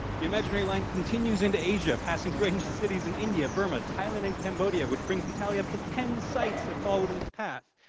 the imaginary line continues in asia passing through ancient cities in india, burma, thailand, and cambodia which brings the tally up to ten sites that fall within its pass.